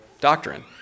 doctrine